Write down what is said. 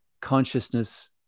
consciousness